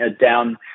Down